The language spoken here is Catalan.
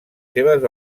seves